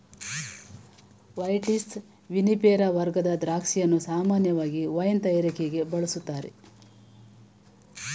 vitis vinifera ವರ್ಗದ ದ್ರಾಕ್ಷಿಯನ್ನು ಸಾಮಾನ್ಯವಾಗಿ ವೈನ್ ತಯಾರಿಕೆಗೆ ಬಳುಸ್ತಾರೆ